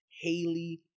Haley